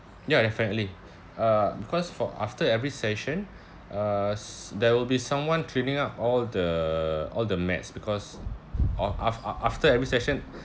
ya definitely uh because for after every session uh s~ there will be someone cleaning up all the all the mess because of af~ af~ after every session